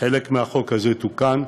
חלק מהחוק הזה תוקן,